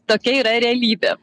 tokia yra realybė